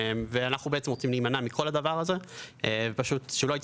אנחנו רוצים להימנע מכל הדבר הזה; שאדם